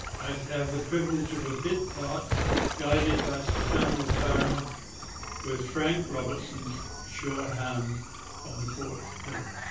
i should have the privilege of a bit part guided by sir samuel curran with frank robertson's sure hand on the court's tether.